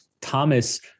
Thomas